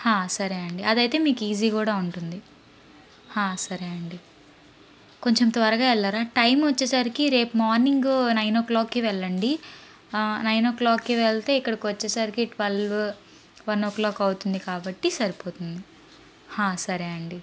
సరే అంకీ అదైతే మీ ఈజీ కూడా ఉంటుంది సరే అండీ కొంచం త్వరగా వెళ్ళరా టైం వచ్చేసరికి రేపు మార్నింగు నైన్ ఓ క్లాక్కి వెళ్ళండి నైన్ ఓ క్లాక్కి వెళ్తే ఇక్కడికొచ్చేసరికి ట్వల్వు వన్ ఓ క్లాక్ అవుతుంది కాబట్టి సరిపోతుంది సరే అండీ